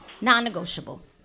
Non-negotiable